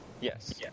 Yes